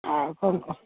ଆଉ କ'ଣ କହ